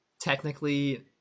technically